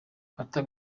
kata